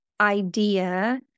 Idea